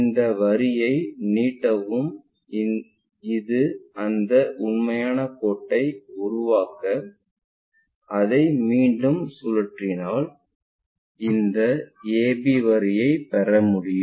இந்த வரியை நீட்டவும் இது அந்த உண்மையான கோட்டை உருவாக்க அதை மீண்டும் சுழன்றால் அந்த AB வரியைப் பெறமுடியும்